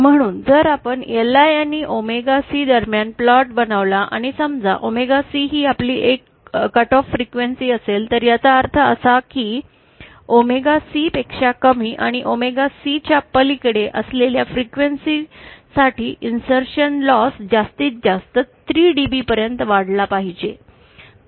म्हणून जर आपण LI आणि ओमेगासी दरम्यान प्लॉट बनवला आणि समजा ओमेगासी ही आपली कट ऑफ फ्रीक्वेन्सी असेल तर याचा अर्थ असा की ओमेगा सी पेक्षा कमी आणि ओमेगा सी च्या पलीकडे असलेल्या फ्रीक्वेन्सी साठी इन्सर्शन लॉस जास्तीत जास्त 3 डीबी पर्यंत वाढला पाहिजे